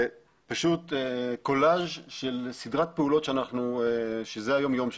פשוט קולאג' של סדרת פעולות שזה היום יום שלנו.